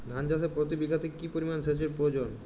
ধান চাষে প্রতি বিঘাতে কি পরিমান সেচের প্রয়োজন?